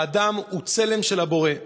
האדם הוא צלם של הבורא.